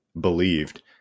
believed